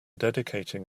dedicating